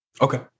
Okay